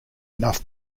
enough